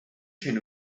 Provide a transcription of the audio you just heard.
chain